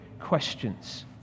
questions